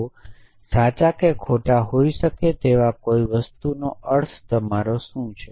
તો સાચા કે ખોટા હોઈ શકે તેવા કોઈ વસ્તુનો અર્થ તમારો શું છે